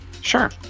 Sure